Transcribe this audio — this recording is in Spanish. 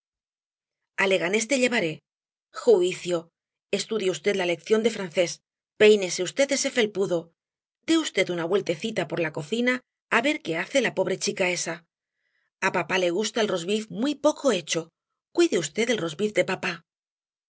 a leganés te llevaré juicio estudie v la lección de francés péinese v ese felpudo dé v una vueltecita por la cocina á ver qué hace la pobre chica esa a papá le gusta el rosbif muy poco hecho cuide v el rosbif de papá